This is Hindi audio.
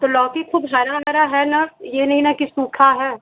तो लौकी ख़ब हरी हरी है ना यह नहीं ना कि सूखी है